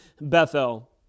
Bethel